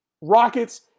Rockets